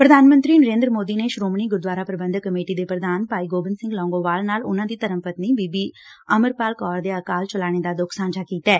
ਪ੍ਰਧਾਨ ਮੰਤਰੀ ਨਰੇਂਦਰ ਮੋਦੀ ਨੇ ਸ੍ਰੋਮਣੀ ਗੁਰਦੁਆਰਾ ਪ੍ਰੰਧਕ ਕਮੇਟੀ ਦੇ ਪ੍ਰਧਾਨ ਭਾਈ ਗੋਬਿੰਦ ਸਿੰਘ ਲੌਗੋਵਾਲ ਨਾਲ ਉਨੂਾ ਦੀ ਧਰਮ ਪਤਨੀ ਬੀਬੀ ਅਮਰਪਾਲ ਕੌਰ ਦੇ ਅਕਾਲ ਚਲਾਣੇ ਦਾ ਦੁੱਖ ਸਾਂਝਾ ਕੀਤੈ